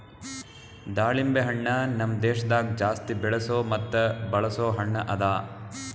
ದಾಳಿಂಬೆ ಹಣ್ಣ ನಮ್ ದೇಶದಾಗ್ ಜಾಸ್ತಿ ಬೆಳೆಸೋ ಮತ್ತ ಬಳಸೋ ಹಣ್ಣ ಅದಾ